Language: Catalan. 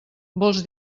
vols